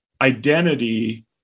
identity